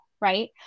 right